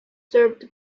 served